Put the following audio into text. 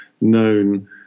known